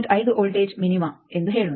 5 voltage minimum ಎಂದು ಹೇಳೋಣ